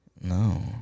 No